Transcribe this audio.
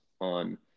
on